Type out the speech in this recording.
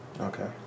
Okay